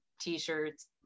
t-shirts